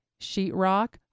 sheetrock